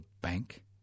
bank